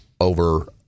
over